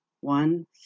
one